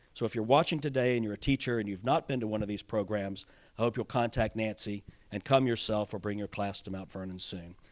so if you're watching today and you're a teacher and you've not been to one of these programs i hope you'll contact nancy and come yourself or bring your class to mount vernon soon.